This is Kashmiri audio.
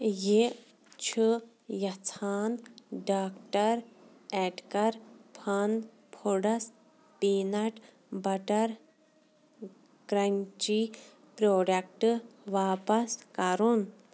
یہِ چھُ یژھان doctor Oetker fun foods peanut butter crunchy پرٛوڈکٹہٕ واپس کَرُن